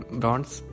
bronze